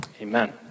Amen